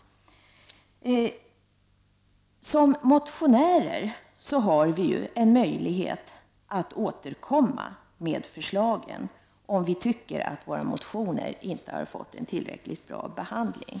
Men som motionärer har vi möjlighet att återkomma med förslag om vi tycker att våra motioner inte har fått en tillräckligt bra behandling.